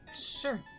Sure